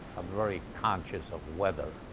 i'm very conscious of weather.